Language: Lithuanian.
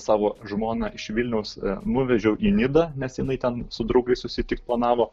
savo žmoną iš vilniaus nuvežiau į nidą nes jinai ten su draugais susitikt planavo